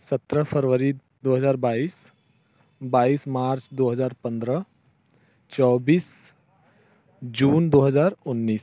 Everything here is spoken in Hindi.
सत्रह फरवरी दो हज़ार बाईस बाईस मार्च दो हज़ार पंद्रह चौबीस जून दो हज़ार उन्नीस